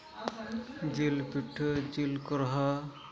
ᱡᱤᱞ ᱯᱤᱴᱷᱟᱹ ᱡᱤᱞ ᱠᱚᱨᱦᱟ